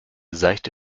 seichte